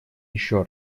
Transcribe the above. ещё